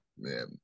Man